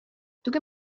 тугу